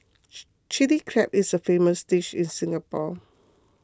Chilli Crab is a famous dish in Singapore